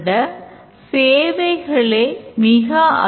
அவற்றை packageனுள் வைத்து package ன் பெயரை எழுதுகிறோம்